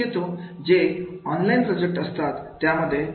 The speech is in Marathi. मुख्यत्वे जे ऑनलाईन प्रोजेक्ट असतात त्यामध्ये